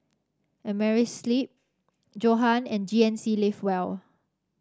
Amerisleep Johan and G N C Live Well